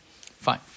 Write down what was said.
Fine